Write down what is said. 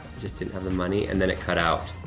just didn't have the money, and then it cut out.